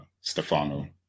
Stefano